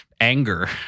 anger